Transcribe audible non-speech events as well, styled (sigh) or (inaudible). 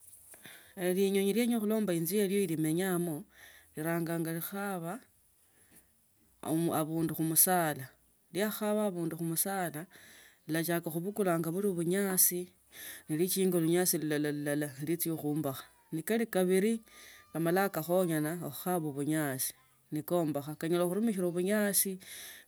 (hesitation) linyonyi lienya khulemba enzu yiyo la lumenyama liranganga likheba abundu khumusala likhakhaba abundu khumusala lirachaka khubukula buli bunyasi nelichinga lunyasi lulala lichia khuombokcha, nikali kabili kama kakhonyana kukhaba. bunyasi nekombokha kanyala kunimishila bunyasi,